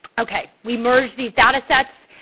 okay. we merged these datasets.